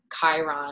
Chiron